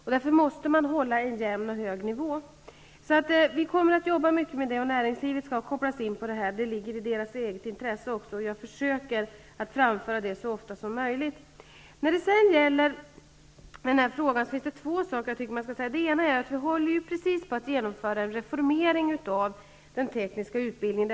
Utbildningen måste därför hålla en jämn och hög nivå. Vi kommer att jobba mycket med detta, och näringslivet skall kopplas in -- det ligger i deras eget intresse. Jag försöker framföra det så ofta som möjligt. Vi håller precis på att genomföra en reformering av den tekniska utbildningen.